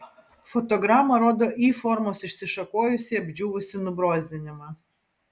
fotograma rodo y formos išsišakojusį apdžiūvusį nubrozdinimą